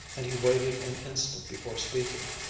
and he waited an instant before speaking.